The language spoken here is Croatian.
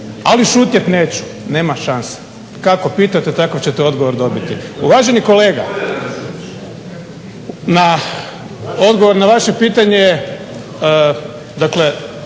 ali šutjet neću, nema šanse. Kako pitate tako ćete odgovor dobiti. Uvaženi kolega na odgovor na vaše pitanje,